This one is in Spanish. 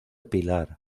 pilar